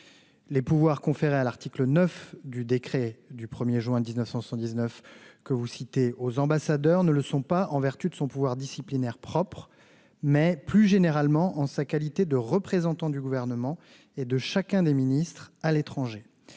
Les pouvoirs conférés aux ambassadeurs à l'article 9 du décret du 1 juin 1979, que vous citez, ne le sont pas en vertu de leur pouvoir disciplinaire propre, mais plus généralement en leur qualité de représentant du Gouvernement et de chacun des ministres à l'étranger.